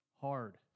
hard